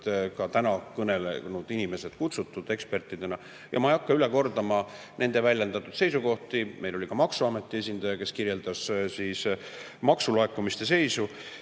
ka täna kõnelenud inimesed kutsutud [komisjoni] ekspertidena. Ma ei hakka üle kordama nende väljendatud seisukohti. Meil oli ka maksuameti esindaja, kes kirjeldas maksulaekumiste seisu.